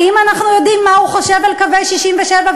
האם אנחנו יודעים מה הוא חושב על קווי 67'